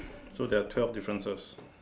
so there are twelve differences